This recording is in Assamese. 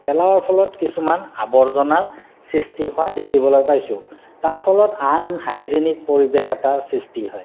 পেলোৱাৰ ফলত কিছুমান আৱৰ্জনাৰ সৃষ্টি হোৱা দেখিবলৈ পাইছোঁ তাৰ ফলত আনহাইজেনিক পৰিৱেশ এটাৰ সৃষ্টি হয়